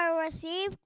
receive